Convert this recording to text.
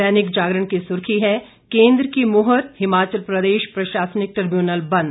दैनिक जागरण की सुर्खी है केंद्र की मुहर हिमाचल प्रदेश प्रशासनिक ट्रिब्यूनल बंद